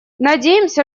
надеемся